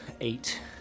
Eight